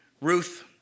Ruth